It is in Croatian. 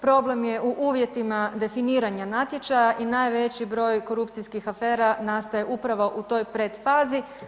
Problem je u uvjetima definiranja natječaja i najveći broj korupcijskih afera nastaje upravo u toj predfazi.